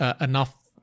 enough